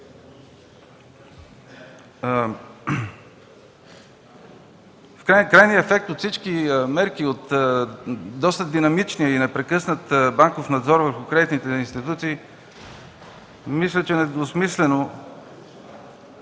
Крайният ефект от всички мерки – доста динамичният и непрекъснат банков надзор върху кредитните институции недвусмислено